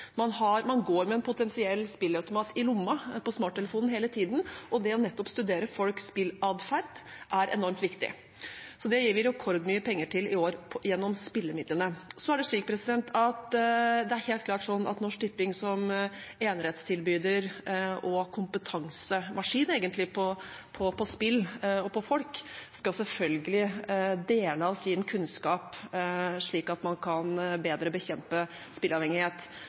Man går med en potensiell spillautomat på smarttelefonen i lommen hele tiden, og det å studere folks spilleadferd er enormt viktig. Det gir vi rekordmye penger til i år gjennom spillemidlene. Så er det helt klart slik at Norsk Tipping som enerettstilbyder og egentlig kompetansemaskin på spill og folk selvfølgelig skal dele av sin kunnskap, slik at man bedre kan bekjempe